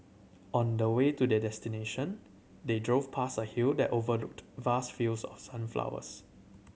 on the way to their destination they drove past a hill that overlooked vast fields of sunflowers